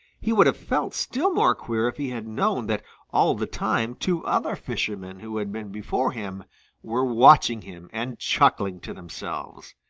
he would have felt still more queer if he had known that all the time two other fishermen who had been before him were watching him and chuckling to themselves.